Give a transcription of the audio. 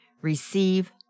Receive